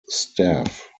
staff